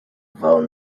phone